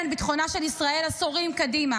את ביטחונה של ישראל עשורים קדימה.